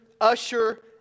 usher